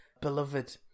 beloved